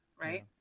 right